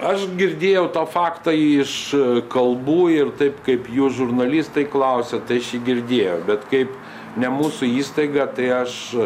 aš girdėjau tą faktą iš kalbų ir taip kaip jūs žurnalistai klausiat tai aš jį girdėjau bet kaip ne mūsų įstaiga tai aš